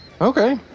Okay